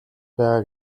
байгаа